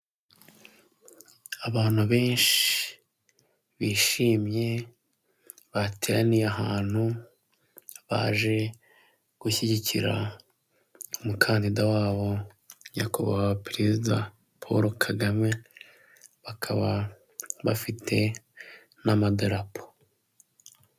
Abantu benshi bishimye bateraniye ahantu baje gushyigikira umukandida wabo nyakubahwa perezida Paul Kagame bakaba bafite n'amadarapo.